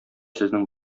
сезнең